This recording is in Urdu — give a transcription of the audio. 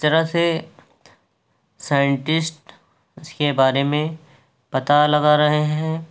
اس طرح سے سائنٹسٹ اس کے بارے میں پتہ لگا رہے ہیں